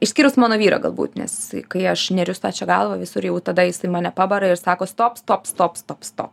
išskyrus mano vyrą galbūt nes kai aš neriu stačia galva visur jau tada jis mane pabara ir sako stop stop stop stop stop